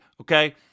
okay